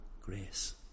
grace